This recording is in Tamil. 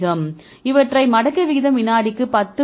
இவற்றின் மடக்கை விகிதம் வினாடிக்கு 10